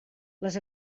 les